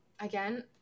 again